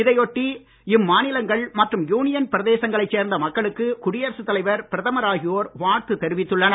இதையொட்டி இம்மாநிலங்கள் மற்றும் யூனியன் பிரதேசங்களை சேர்ந்த மக்களுக்கு குடியரசு தலைவர் பிரதமர் ஆகியோர் வாழ்த்து தெரிவித்துள்ளனர்